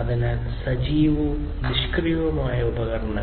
അതിനാൽ സജീവവും നിഷ്ക്രിയവുമായ ഉപകരണ